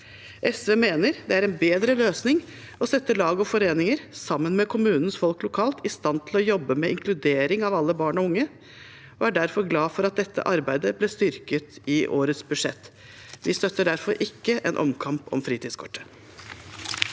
SV mener det er en bedre løsning å sette lag og foreninger, sammen med kommunens folk lokalt, i stand til å jobbe med inkludering av alle barn og unge og er derfor glad for at dette arbeidet ble styrket i årets budsjett. Vi støtter derfor ikke en omkamp om fritidskortet.